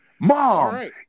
mom